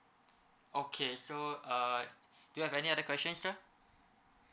okay so uh do you have any other questions sir